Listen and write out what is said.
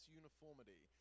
uniformity